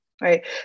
Right